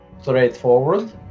Straightforward